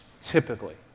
Typically